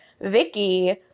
Vicky